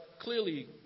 clearly